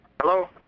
Hello